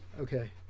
Okay